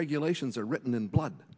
regulations are written in blood